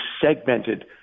segmented